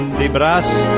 the brass